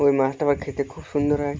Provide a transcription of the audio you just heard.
ওই মাছটা আবার খেতে খুব সুন্দর হয়